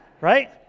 right